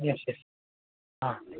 नसेल हा